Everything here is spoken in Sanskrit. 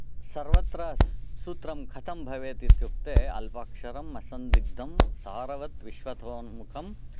सर्वत्र सूत्रं कथं भवेदित्युक्ते अल्पाक्षरं असंदिग्धं सारवत् विश्वतोन्मुखम्